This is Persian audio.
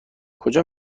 کجا